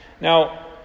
Now